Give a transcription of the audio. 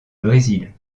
brésil